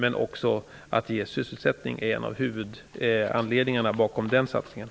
En av huvudanledningarna bakom denna satsning är också att ge sysselsättning.